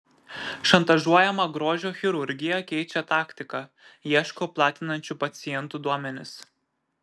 šantažuojama grožio chirurgija keičia taktiką ieško platinančių pacientų duomenis